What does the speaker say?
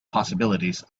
possibilities